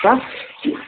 ಹಾಂ